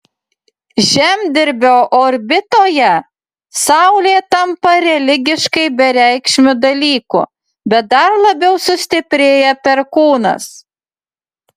žemdirbio orbitoje saulė tampa religiškai bereikšmiu dalyku bet dar labiau sustiprėja perkūnas